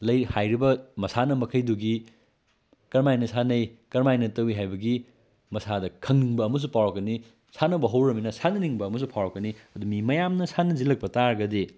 ꯂꯩ ꯍꯥꯏꯔꯤꯕ ꯃꯁꯥꯟꯅ ꯃꯈꯩꯗꯨꯒꯤ ꯀꯔꯝꯍꯥꯏꯅ ꯁꯥꯟꯅꯩ ꯀꯔꯝꯍꯥꯏꯅ ꯇꯧꯏ ꯍꯥꯏꯕꯒꯤ ꯃꯁꯥꯗ ꯈꯪꯅꯤꯡꯕ ꯑꯃꯁꯨ ꯐꯥꯎꯔꯛꯀꯅꯤ ꯁꯥꯟꯅꯕ ꯍꯧꯔꯨꯔꯃꯤꯅ ꯁꯥꯟꯅꯅꯤꯡꯕ ꯑꯃꯁꯨ ꯐꯥꯎꯔꯛꯀꯅꯤ ꯑꯗꯨ ꯃꯤ ꯃꯌꯥꯝꯅ ꯁꯥꯟꯅꯁꯜꯂꯛꯄ ꯇꯥꯔꯒꯗꯤ